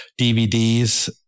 DVDs